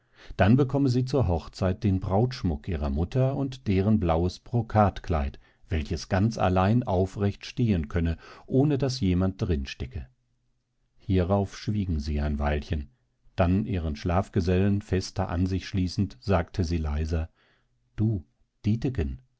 dann bekomme sie zur hochzeit den brautschmuck ihrer mutter und deren blaues brokatkleid welches ganz allein aufrecht stehen könne ohne daß jemand drin stecke hierauf schwieg sie ein weilchen dann ihren schlafgesellen fester an sich schließend sagte sie leiser du